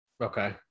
Okay